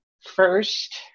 first